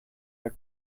our